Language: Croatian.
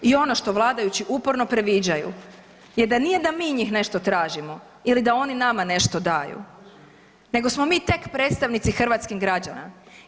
I ono što vladajući uporno previđaju je da nije da mi njih nešto tražimo ili da oni nama nešto daju, nego smo mi tek predstavnici hrvatskih građana.